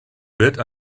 bet